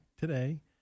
today